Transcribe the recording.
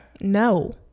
No